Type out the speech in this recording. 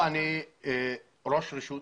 אני ראש רשות